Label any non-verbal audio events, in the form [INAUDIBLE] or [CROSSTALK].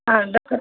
ಹಾಂ [UNINTELLIGIBLE]